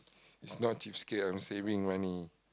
it's not cheapskate I'm saving money